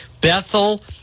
Bethel